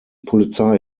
polizei